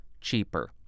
cheaper